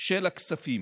של הכספים.